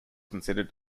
considered